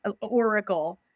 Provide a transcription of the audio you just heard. Oracle